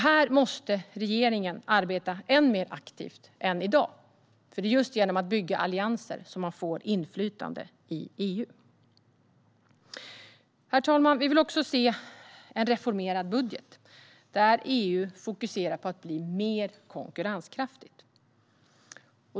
Här måste regeringen arbeta än mer aktivt än i dag, för det är just genom att bygga allianser som man får inflytande i EU. Herr talman! Vi vill också se en reformerad budget, där EU fokuserar på att bli mer konkurrenskraftigt.